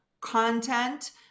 content